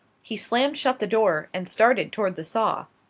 he slammed shut the door and started toward the saw.